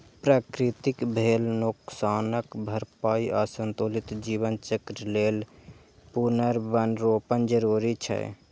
प्रकृतिक भेल नोकसानक भरपाइ आ संतुलित जीवन चक्र लेल पुनर्वनरोपण जरूरी छै